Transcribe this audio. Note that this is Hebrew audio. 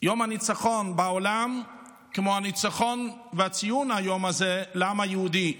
יום הניצחון בעולם לניצחון וציון היום הזה לעם היהודי.